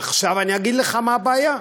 עכשיו אני אגיד לך מה הבעיה: